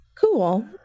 Cool